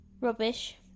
rubbish